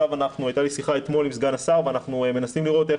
אתמול הייתה לי שיחה עם סגן השר ואנחנו מנסים לראות איך